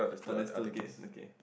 oh there's two okay okay